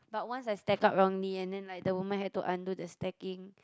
but once I stack up wrongly and then like the woman had to undo the stacking